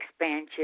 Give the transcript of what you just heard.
expansion